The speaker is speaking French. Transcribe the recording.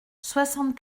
soixante